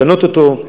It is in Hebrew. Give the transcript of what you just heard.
צריך לשנות אותו,